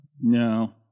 No